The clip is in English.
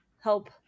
help